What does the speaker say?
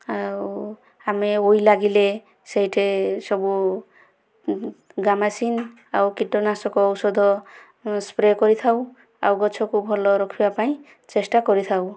ଆଉ ଆମେ ଊଇ ଲାଗିଲେ ସେଇଠି ସବୁ ଗାମାସିନ୍ ଆଉ କୀଟନାଶକ ଔଷଧ ସ୍ପ୍ରେ କରିଥାଉ ଆଉ ଗଛକୁ ଭଲ ରଖିବାପାଇଁ ଚେଷ୍ଟା କରିଥାଉ